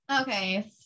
okay